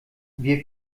wir